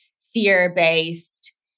fear-based